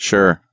Sure